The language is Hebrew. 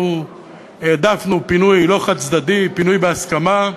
אנחנו העדפנו פינוי לא חד-צדדי, אלא פינוי בהסכמה.